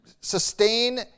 sustain